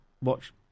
Watch